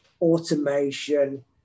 automation